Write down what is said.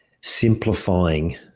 simplifying